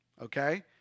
okay